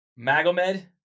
Magomed